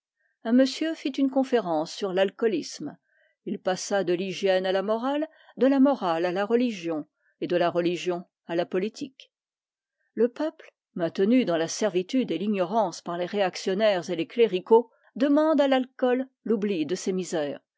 un monsieur fit une conférence sur l'alcoolisme il passa de l'hygiène à la morale de la morale à la religion et de la religion à la politique le peuple maintenu dans la servitude et l'ignorance par les réactionnaires et les cléricaux demande à l'alcool l'oubli de ses misères